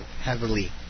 Heavily